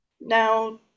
Now